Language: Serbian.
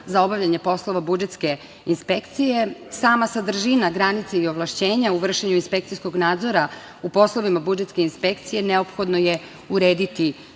za obavljanje poslova budžetske inspekcije, sama sadržina granice i ovlašćenja u vršenju inspekcijskog nadzora u poslovima budžetske inspekcije neophodno je urediti